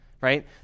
right